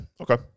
okay